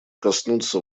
коснуться